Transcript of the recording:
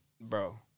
bro